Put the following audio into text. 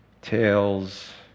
tails